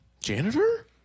Janitor